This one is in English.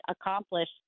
accomplished